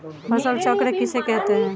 फसल चक्र किसे कहते हैं?